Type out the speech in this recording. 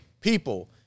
people